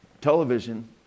television